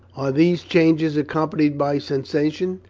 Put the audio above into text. these changes accompanied by sensation?